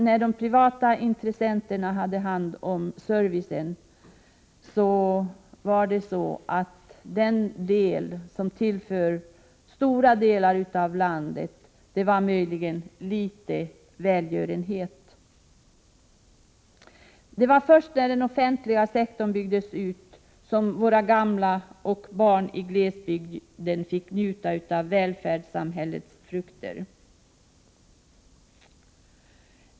När det privata intressenterna hade hand om servicen blev det beträffande stora delar av landet möjligen fråga om litet välgörenhet. Först när den offentliga sektorn byggdes ut fick våra gamla och barn i glesbygden njuta av välfärdssamhällets frukter.